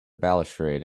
balustrade